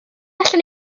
allwn